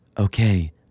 Okay